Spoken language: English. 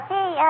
Hey